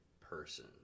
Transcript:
person